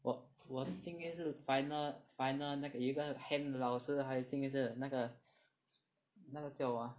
我我是今天是 final final 那个有一个 ham 老师他已经是那个那个叫什么啊